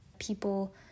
people